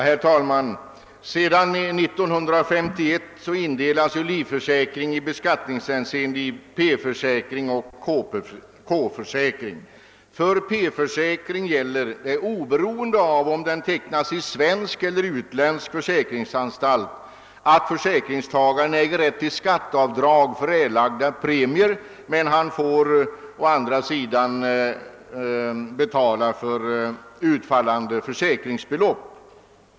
Herr talman! Sedan år 1951 indelas livförsäkringar i beskattningshänseende i två grupper, nämligen P-försäkring och K-försäkring. För P-försäkring gäller oberoende av om den tecknas i svensk eller utländsk försäkringsanstalt att försäkringstagaren äger rätt till skatteavdrag för erlagda premier men att han å andra sidan får skatta för utfallande försäkringsbelopp.